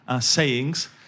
sayings